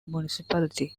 municipality